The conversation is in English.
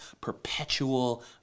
perpetual